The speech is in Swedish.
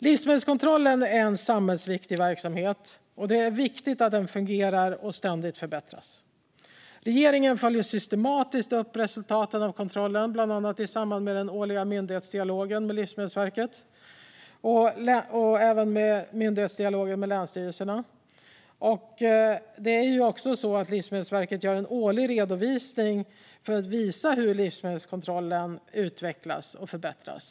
Livsmedelskontrollen är en samhällsviktig verksamhet, och det är viktigt att den fungerar och ständigt förbättras. Regeringen följer systematiskt upp resultaten av kontrollen, bland annat i samband med den årliga myndighetsdialogen med Livsmedelsverket och med länsstyrelserna. Livsmedelsverket gör även en årlig redovisning för att visa hur livsmedelskontrollen utvecklas och förbättras.